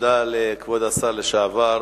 תודה לכבוד השר לשעבר.